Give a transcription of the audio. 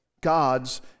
gods